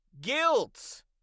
Guilt